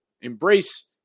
embrace